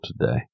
today